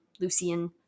Lucian